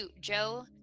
Joe